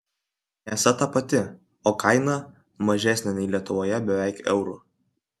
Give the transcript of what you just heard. mėsa ta pati o kaina mažesnė nei lietuvoje beveik euru